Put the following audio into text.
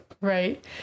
Right